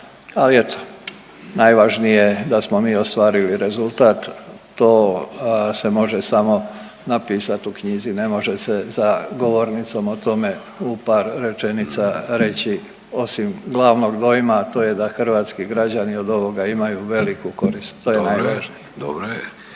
Ali eto, najvažnije da smo mi ostvarili rezultat. To se može samo napisati u knjizi, ne može se za govornicom o tome u par rečenica reći osim glavnog dojma, a to je da hrvatski građani od ovoga imaju veliku korist. To je najvažnije. **Vidović,